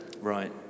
Right